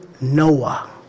Noah